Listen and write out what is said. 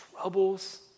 troubles